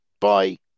bye